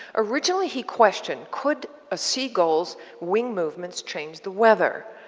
originally, he questioned, could a seagulls wing movements change the weather?